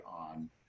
on